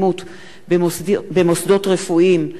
במוסדות רפואיים (תיקון),